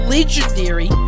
Legendary